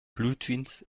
bluejeans